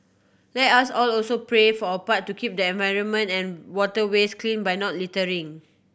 let us all also pray for our part to keep the environment and waterways clean by not littering